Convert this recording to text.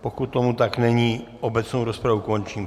Pokud tomu tak není, obecnou rozpravu končím.